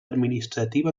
administrativa